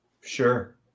Sure